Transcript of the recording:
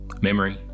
memory